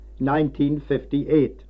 1958